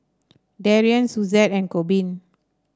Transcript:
Darion Suzette and Corbin